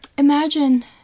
Imagine